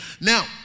Now